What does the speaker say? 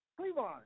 Cleveland